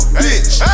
bitch